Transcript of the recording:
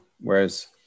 Whereas